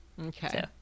Okay